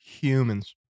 humans